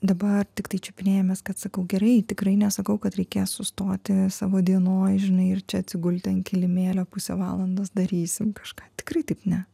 dabar tiktai čiupinėjamės kad sakau gerai tikrai nesakau kad reikės sustoti savo dienoj žinai ir čia atsigulti ant kilimėlio pusę valandos darysim kažką tikrai taip ne